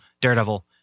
Daredevil